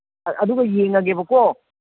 ꯑꯗꯨꯒ ꯌꯦꯡꯉꯒꯦꯕꯀꯣ